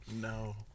No